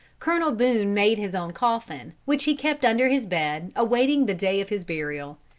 colonel boone made his own coffin, which he kept under his bed awaiting the day of his burial.